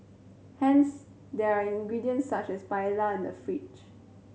hence there are ingredients such as paella in the fridge